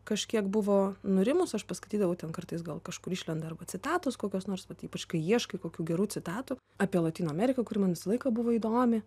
kažkiek buvo nurimus aš paskaitydavau ten kartais gal kažkur išlenda arba citatos kokios nors vat ypač kai ieškai kokių gerų citatų apie lotynų ameriką kuri man visą laiką buvo įdomi